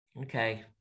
Okay